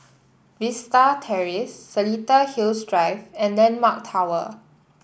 Vista Terrace Seletar Hills Drive and landmark Tower